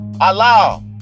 Allah